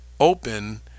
open